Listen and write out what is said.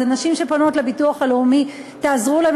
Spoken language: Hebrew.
אלה נשים שפונות לביטוח הלאומי, תעזרו להן.